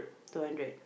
two hundred